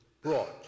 brought